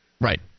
Right